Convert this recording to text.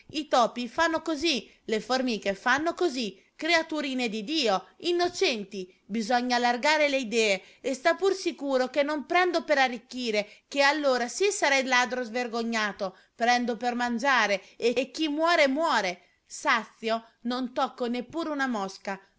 i topi fanno così le formiche fanno così creaturine di dio innocenti bisogna allargare le idee e sta pur sicuro che non prendo per arricchire ché allora sì sarei ladro svergognato prendo per mangiare e chi muore muore sazio non tocco neppure una mosca